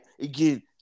again